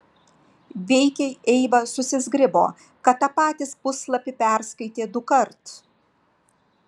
veikiai eiva susizgribo kad tą patį puslapį perskaitė dukart